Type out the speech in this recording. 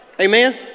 Amen